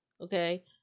Okay